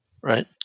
Right